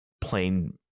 plain